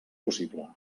possible